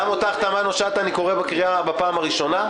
גם חברת תמנו שטה אני קורא לסדר בפעם הראשונה.